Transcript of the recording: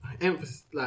emphasis